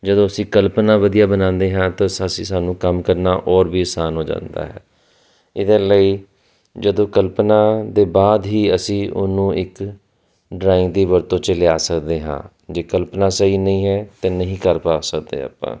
ਜਦੋਂ ਅਸੀਂ ਕਲਪਨਾ ਵਧੀਆ ਬਣਾਉਂਦੇ ਹਾਂ ਤਾਂ ਅਸੀਂ ਸਾਨੂੰ ਕੰਮ ਕਰਨਾ ਔਰ ਵੀ ਆਸਾਨ ਹੋ ਜਾਂਦਾ ਹੈ ਇਹਦੇ ਲਈ ਜਦੋਂ ਕਲਪਨਾ ਦੇ ਬਾਅਦ ਹੀ ਅਸੀਂ ਉਹਨੂੰ ਇੱਕ ਡਰਾਇੰਗ ਦੀ ਵਰਤੋਂ 'ਚ ਲਿਆ ਸਕਦੇ ਹਾਂ ਜੇ ਕਲਪਨਾ ਸਹੀ ਨਹੀਂ ਹੈ ਤਾਂ ਨਹੀਂ ਕਰ ਪਾ ਸਕਦੇ ਆਪਾਂ